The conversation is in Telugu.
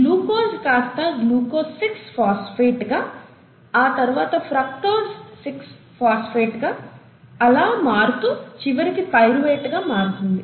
గ్లూకోస్ కాస్తా గ్లూకోస్ 6 ఫాస్పేట్ గా ఆ తరువాత ఫ్రూక్టోజ్ 6 ఫాస్ఫేట్ గా అలా మారుతూ చివరికి పైరువేట్ గా మారుతుంది